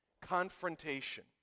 confrontation